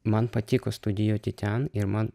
man patiko studijuoti ten ir man